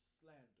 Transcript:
slander